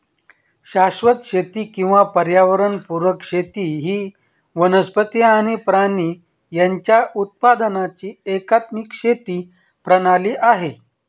शाश्वत शेती किंवा पर्यावरण पुरक शेती ही वनस्पती आणि प्राणी यांच्या उत्पादनाची एकात्मिक शेती प्रणाली आहे